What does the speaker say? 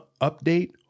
update